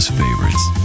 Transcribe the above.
favorites